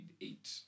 eight